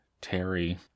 Terry